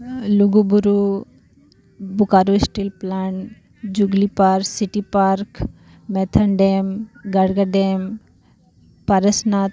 Lugu Buru Bokaro steel plant Jubilee Park City Park Maithon dam Garga dam Parasnath